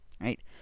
right